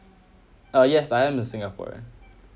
uh yes I am a singaporean